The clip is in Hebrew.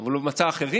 גם בקריאה השנייה